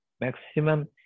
maximum